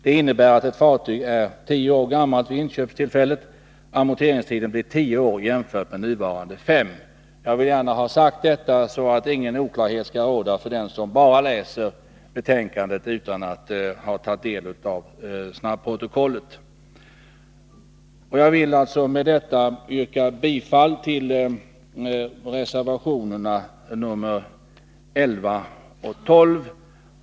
Det innebär att, om ett fartyg är 10 år gammalt vid inköpstillfället, amorteringstiden blir 10 år jämfört med nuvarande 5 år.” Jag vill gärna ha detta sagt för att ingen oklarhet skall råda för den som bara läser snabbprotokollet utan att ha tagit del av betänkandet. Jag vill med det anförda yrka bifall till reservationerna nr 11 och 12.